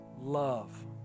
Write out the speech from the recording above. Love